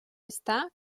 està